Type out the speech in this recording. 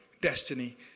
destiny